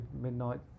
Midnight